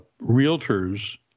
realtors